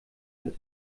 wird